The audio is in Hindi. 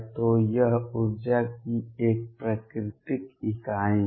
तो यह ऊर्जा की एक प्राकृतिक इकाई है